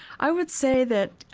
i would say that,